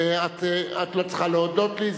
את לא צריכה להודות לי,